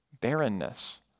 barrenness